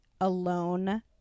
alone